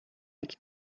like